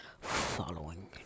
following